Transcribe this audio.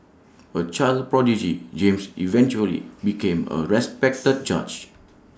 A child prodigy James eventually became A respected judge